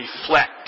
reflect